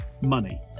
money